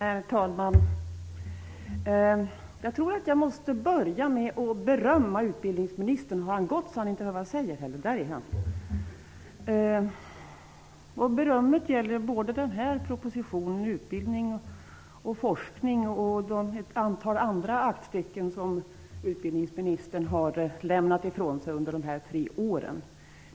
Herr talman! Jag tror att jag måste börja med att berömma utbildningsministern. Berömmet gäller både propositionen om ''Utbildning och forskning'' och ett antal andra aktstycken som utbildningsministern har lämnat ifrån sig under mandatperioden.